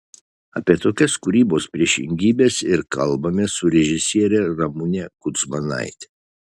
apie tokias kūrybos priešingybes ir kalbamės su režisiere ramune kudzmanaite